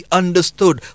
understood